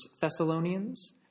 Thessalonians